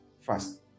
first